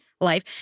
life